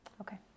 Okay